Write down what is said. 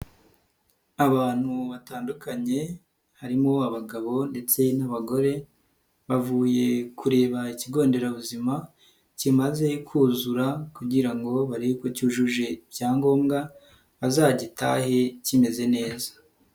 Abantu batandukanye harimo abagabo ndetse n'abagore, bavuye kureba ikigo nderabuzima kimaze kuzura kugira ngo barebe ko cyujuje icyangombwa bazagitahe kimeze neza.